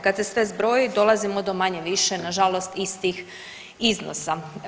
Kad se sve zbroji dolazimo do manje-više nažalost istih iznosa.